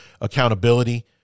accountability